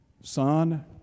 Son